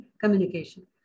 communication